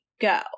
go